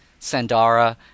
Sandara